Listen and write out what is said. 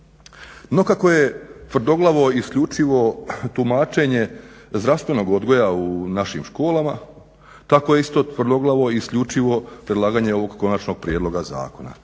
No kako je tvrdoglavo isključivo tumačenje zdravstvenog odgoja u našim školama, tako je isto tako tvrdoglavo isključivo predlaganje ovog konačnog prijedloga zakona.